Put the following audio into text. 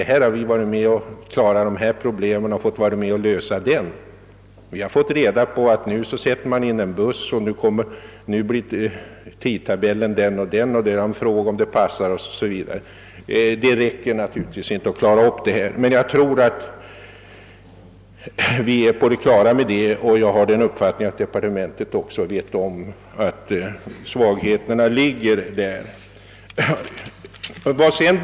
Det har endast fått besked t.ex. om att bussar skall sättas in på en viss sträcka eller att tidtabellen kommer att utformas på ett visst sätt, men vi har inte blivit tillfrågade om detta passar oss. En sådan behandling av problemen är inte tillräcklig. Men vi vet att man inom departementet är på det klara med att svagheterna ligger just här.